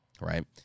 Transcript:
right